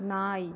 நாய்